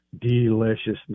deliciousness